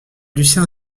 lucien